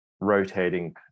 rotating